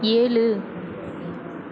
ஏழு